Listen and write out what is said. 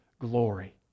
glory